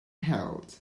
health